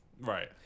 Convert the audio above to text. right